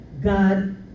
God